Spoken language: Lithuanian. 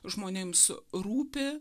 žmonėms rūpi